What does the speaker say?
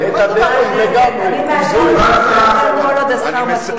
חברי הכנסת, אני מאשרת קריאות כל עוד השר מסכים.